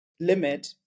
limit